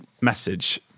message